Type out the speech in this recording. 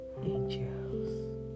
angels